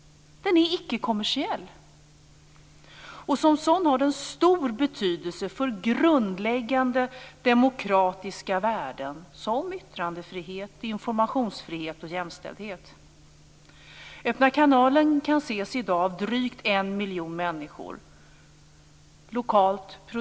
Den är ickekommersiell och som sådan har den stor betydelse för grundläggande demokratiska värden som yttrandefrihet, informationsfrihet och jämställdhet. Öppna kanalen kan i dag ses av drygt 1 miljon människor.